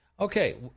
Okay